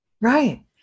Right